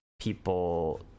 people